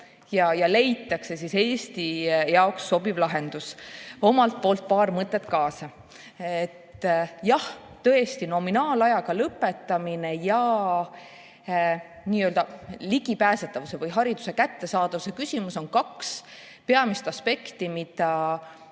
ja leitakse Eesti jaoks sobiv lahendus. Annan omalt poolt paar mõtet kaasa. Tõesti, nominaalajaga lõpetamine ja hariduse ligipääsetavuse või kättesaadavuse küsimus on kaks peamist aspekti, mida